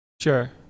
Sure